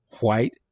white